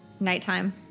Nighttime